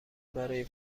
برای